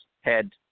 head